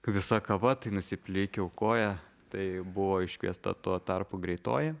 visa kava tai nusiplikiau koją tai buvo iškviesta tuo tarpu greitoji